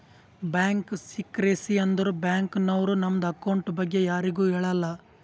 bank secrecy ಅಂದುರ್ bank ನವ್ರು ನಮ್ದು ಅಕೌಂಟ್ ಬಗ್ಗೆ ಯಾರಿಗು ಹೇಳಲ್ಲ